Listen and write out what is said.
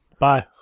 bye